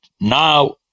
Now